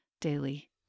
daily